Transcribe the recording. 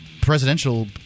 presidential